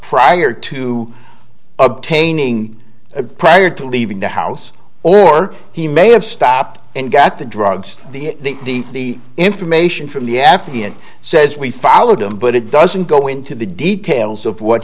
prior to obtaining a prior to leaving the house or he may have stopped and got the drugs the information from the affiant says we followed him but it doesn't go into the details of what